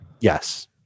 Yes